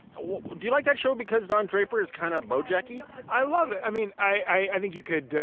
what do you like that show? because don draper is kind of both, jackie i love it. i mean, i think you could.